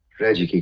reggie!